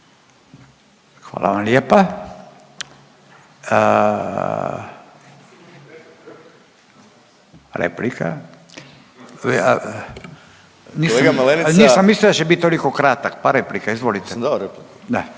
Hvala vam lijepa. Replika, nisam mislio da će bit toliko kratak pa replika, izvolite.